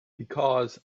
because